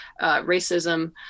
racism